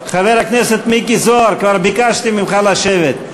חבר הכנסת מיקי זוהר, כבר ביקשתי ממך לשבת.